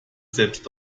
selbst